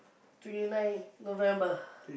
twenty nine November